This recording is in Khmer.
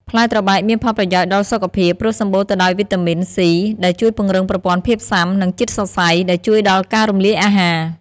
ផ្លែត្របែកមានផល់ប្រយោជន៍ដល់សុខភាព ព្រោះសម្បូរទៅដោយ វីតាមីន សុី ដែលជួយពង្រឹងប្រព័ន្ធភាពស៊ាំ និង ជាតិសរសៃ ដែលជួយដល់ការរំលាយអាហារ។